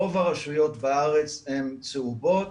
רוב הרשויות בארץ הן צהובות,